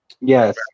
Yes